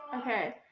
Okay